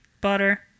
butter